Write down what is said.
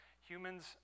humans